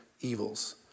evils